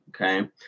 Okay